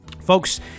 Folks